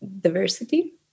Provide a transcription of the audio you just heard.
diversity